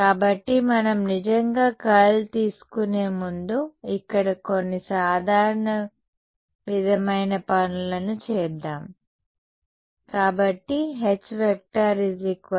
కాబట్టి మనం నిజంగా కర్ల్ తీసుకునే ముందు ఇక్కడ కొన్ని సాధారణ విధమైన పనులను చేద్దాం